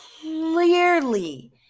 clearly